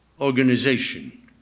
organization